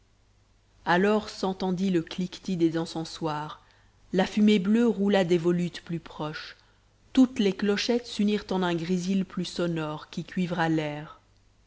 alors s'entendit le cliquetis des encensoirs la fumée bleue roula des volutes plus proches toutes les clochettes s'unirent en un grésil plus sonore qui cuivra l'air